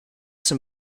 zum